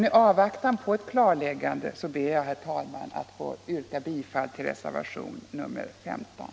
I avvaktan på ett klarläggande ber jag, herr talman, att få vrka bifall till reservationen 15.